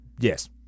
Yes